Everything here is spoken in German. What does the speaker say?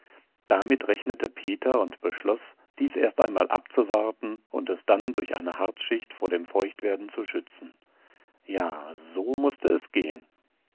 damit rechnete peter und beschloß dies erst einmal abzuwarten und es dann durch eine harzschicht vor dem feuchtwerden zu schützen ja so mußte es gehen